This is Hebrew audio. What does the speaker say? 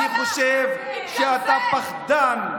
אני חושב שאתה פחדן.